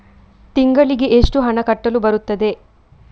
ತಿಂಗಳಿಗೆ ಎಷ್ಟು ಹಣ ಕಟ್ಟಲು ಬರುತ್ತದೆ?